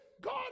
God